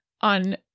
on